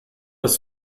das